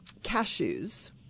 cashews